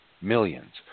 millions